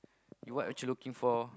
you what actually looking for